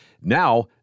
Now